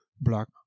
block